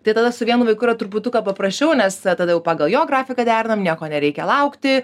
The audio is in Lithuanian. tai tada su vienu vaiku yra truputuką paprašiau nes tada jau pagal jo grafiką derinam nieko nereikia laukti